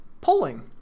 Polling